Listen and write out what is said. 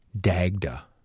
Dagda